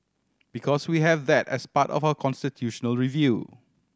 because we have that as part of our constitutional review